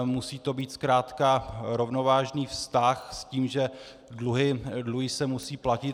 Musí to být zkrátka rovnovážný vztah s tím, že dluhy se musí platit.